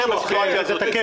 או אנדרלמוסיה?